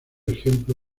ejemplo